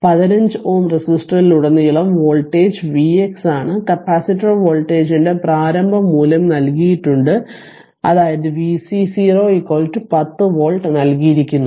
15 Ω റെസിസ്റ്ററിലുടനീളമുള്ള voltage vx ആണ് capacitor വോൾട്ടേജിന്റെ പ്രാരംഭ മൂല്യ0 നൽകിയിട്ടുണ്ട് അതായത് vc 0 10 വോൾട്ട് നൽകിയിരിക്കുന്നു